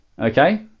Okay